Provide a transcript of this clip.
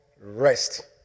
rest